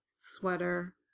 sweater